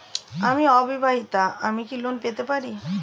আমি অবিবাহিতা আমি কি লোন পেতে পারি?